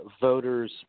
voters